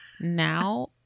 now